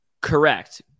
Correct